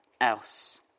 else